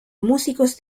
músicos